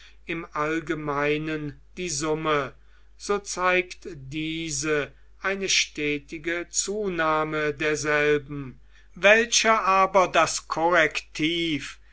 im allgemeinen die summe so zeigt diese eine stetige zunahme derselben welcher aber das korrektiv